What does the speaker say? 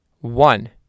one